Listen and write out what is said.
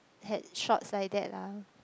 had shots like that lah